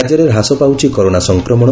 ରାଜ୍ୟରେ ହ୍ରାସ ପାଉଛି କରୋନା ସଂକ୍ରମଣ